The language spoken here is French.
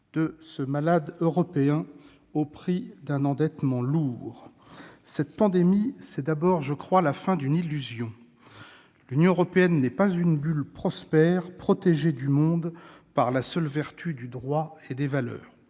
du « malade européen » au prix d'un endettement lourd. Cette pandémie, c'est d'abord, je crois, la fin d'une illusion. L'Union européenne n'est pas une bulle prospère, protégée du monde par la seule vertu du droit et des valeurs.